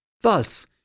Thus